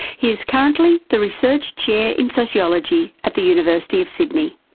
he is currently the research chair in sociology at the university of sydney.